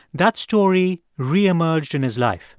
that story reemerged in his life.